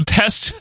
test